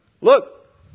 Look